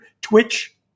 Twitch